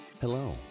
Hello